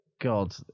God